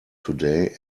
today